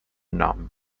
nom